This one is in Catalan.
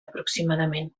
aproximadament